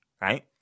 right